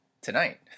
tonight